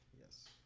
yes